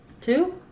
Two